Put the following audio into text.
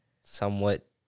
somewhat